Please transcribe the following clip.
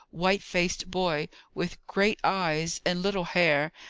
white-faced boy, with great eyes and little hair,